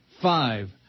Five